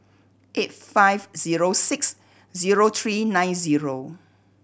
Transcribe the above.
eight five zero six zero three nine zero